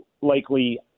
likely